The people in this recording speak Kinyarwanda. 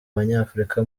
banyafurika